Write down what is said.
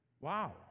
Wow